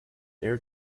air